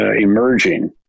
emerging